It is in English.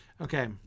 Okay